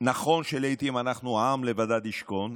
נכון שלעיתים אנחנו עם לבדד ישכון,